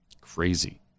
Crazy